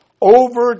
over